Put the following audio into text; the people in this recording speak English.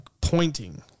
pointing